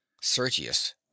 Sergius